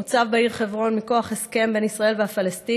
מוצב בעיר חברון מכוח הסכם בין ישראל והפלסטינים